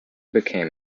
became